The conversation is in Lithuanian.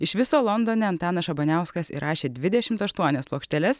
iš viso londone antanas šabaniauskas įrašė dvidešimt aštuonias plokšteles